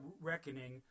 reckoning